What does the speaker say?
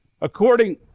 According